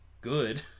good